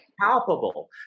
palpable